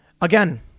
Again